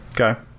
Okay